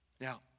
Now